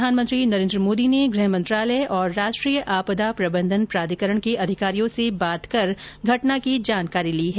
प्रधानमंत्री नरेन्द्र मोदी ने गृह मंत्रालय और राष्ट्रीय आपदा प्रबंधन प्राधिकरण के अधिकारियों से बात कर घटना की जानकारी ली है